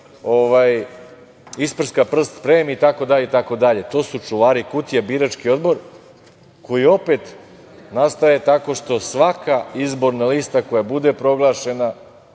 isprska prst sprejom itd. To su čuvari kutija, birački odbor, koji opet nastaje tako što svaka izborna lista koja bude proglašena